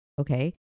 okay